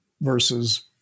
versus